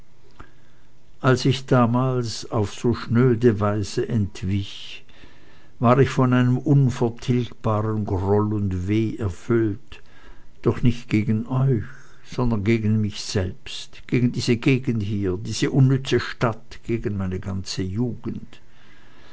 als ich damals auf so schnöde weise entwich war ich von einem unvertilgbaren groll und weh erfüllt doch nicht gegen euch sondern gegen mich selbst gegen diese gegend hier diese unnütze stadt gegen meine ganze jugend